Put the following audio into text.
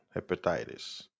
Hepatitis